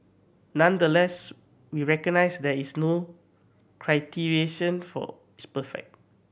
nonetheless we recognise that there is no criterion for is perfect